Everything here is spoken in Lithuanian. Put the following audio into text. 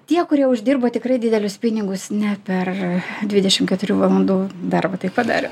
tie kurie uždirba tikrai didelius pinigus ne per dvidešim keturių valandų darbą tai padarė